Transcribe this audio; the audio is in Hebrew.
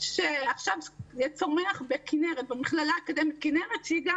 שעכשיו צומח במכללה האקדמית כנרת, שהיא גם